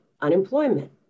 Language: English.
Unemployment